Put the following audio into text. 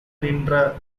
நின்ற